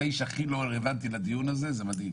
האיש הכי לא רלוונטי לדיון הזה זה מדהים.